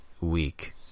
week